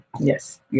yes